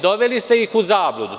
Doveli ste ih u zabludu.